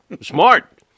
Smart